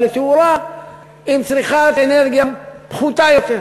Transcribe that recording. לתאורה עם צריכת אנרגיה פחותה יותר.